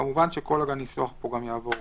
כמובן, כל הניסוח פה יעבור